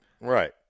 Right